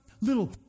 little